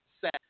set